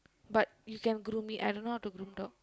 but you can groom me I don't how to groom dog